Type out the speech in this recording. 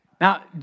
Now